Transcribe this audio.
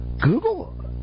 Google